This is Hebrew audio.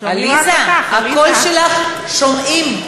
את הקול שלך שומעים.